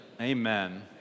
Amen